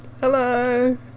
hello